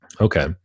okay